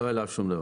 לא העלה שום דבר.